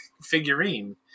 figurine